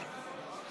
לוועדה